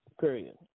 Period